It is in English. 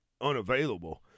unavailable